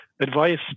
advice